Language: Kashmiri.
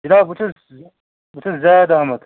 جناب بہٕ چھُس بہٕ چھُس زید احمد